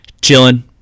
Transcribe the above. Chilling